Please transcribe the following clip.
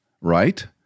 right